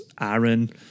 Aaron